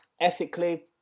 ethically